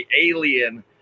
alien